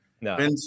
No